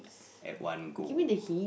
at one go